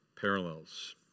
parallels